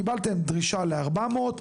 קיבלתם דרישה ל-400,